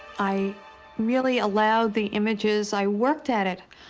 i really allowed the images. i worked at it.